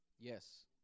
Yes